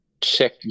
check